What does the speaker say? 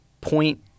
point